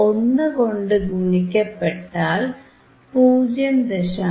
1 കൊണ്ട് ഗുണിക്കപ്പെട്ടാൽ 0